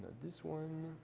this one